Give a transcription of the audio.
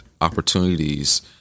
opportunities